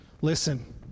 listen